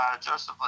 Joseph